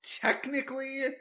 technically